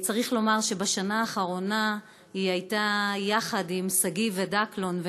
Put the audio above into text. צריך לומר שבשנה האחרונה היא הייתה יחד עם שגיב ודקלון,